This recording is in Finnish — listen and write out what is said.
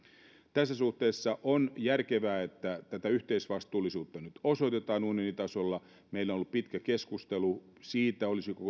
tässä suhteessa on järkevää että tätä yhteisvastuullisuutta nyt osoitetaan unionitasolla meillä on ollut pitkä keskustelu siitä olisiko